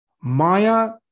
Maya